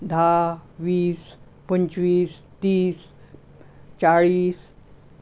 धा वीस पंचवीस तीस चाळीस